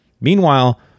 Meanwhile